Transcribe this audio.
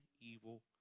evil